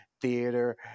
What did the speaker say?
theater